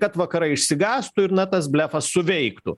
kad vakarai išsigąstų ir na tas blefas suveiktų